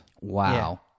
Wow